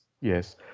yes